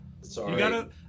sorry